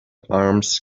arms